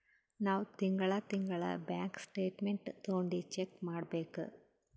ನಾವ್ ತಿಂಗಳಾ ತಿಂಗಳಾ ಬ್ಯಾಂಕ್ ಸ್ಟೇಟ್ಮೆಂಟ್ ತೊಂಡಿ ಚೆಕ್ ಮಾಡ್ಬೇಕ್